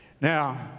Now